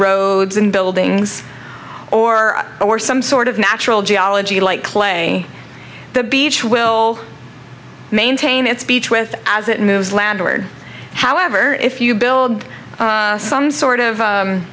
roads and buildings or or some sort of natural geology like clay the beach will maintain its beach with as it moves landward however if you build some sort of